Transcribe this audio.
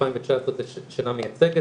2019 זו שנה מייצגת,